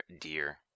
dear